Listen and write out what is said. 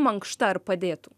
mankšta ar padėtų